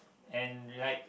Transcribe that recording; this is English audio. and like